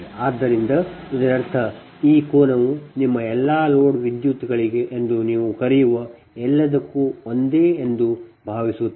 ಆದ್ದರಿಂದ ಇದರರ್ಥ ಈ ಕೋನವು ನಿಮ್ಮ ಎಲ್ಲಾ ಲೋಡ್ ವಿದ್ಯುತ್ಗಳು ಎಂದು ನೀವು ಕರೆಯುವ ಎಲ್ಲದಕ್ಕೂ ಒಂದೇ ಎಂದು ಭಾವಿಸುತ್ತದೆ